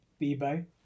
Bebo